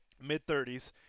mid-30s